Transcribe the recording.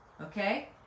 okay